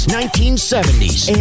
1970s